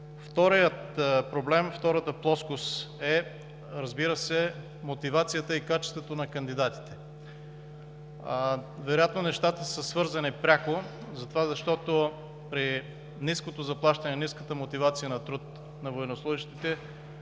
Вторият проблем, втората плоскост, е мотивацията и качествата на кандидатите. Вероятно нещата са свързвани пряко, защото при ниското заплащане, ниската мотивация на труд на военнослужещите